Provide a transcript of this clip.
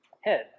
head